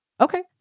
Okay